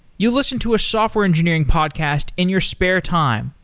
you listen to software engineering podcast in your spare time,